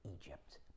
Egypt